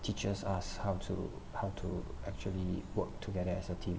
teaches us how to how to actually work together as a team